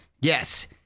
yes